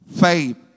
faith